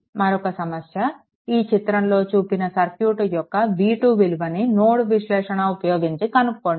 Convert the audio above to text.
మరొక సమస్య ఈ చిత్రంలో చూపిన సర్క్యూట్ యొక్క v2 విలువను నోడ్ విశ్లేషణ ఉపయోగించి కనుక్కోండి